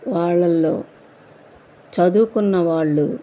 వాళ్ళల్లో చదువుకున్న వాళ్ళు